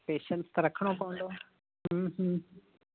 patience त रखिणो पवंदो हूं हूं